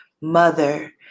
mother